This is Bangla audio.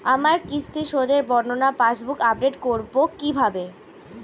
আমার কিস্তি শোধে বর্ণনা পাসবুক আপডেট করব কিভাবে?